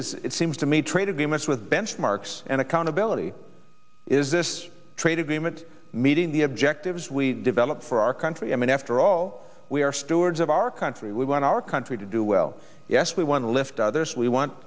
is it seems to me trade agreements with benchmarks and accountability is this trade agreement meeting the objectives we develop for our country i mean after all we are stewards of our country we want our country to do well yes we want to lift others we want